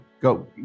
go